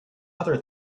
other